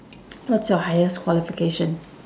what's your highest qualification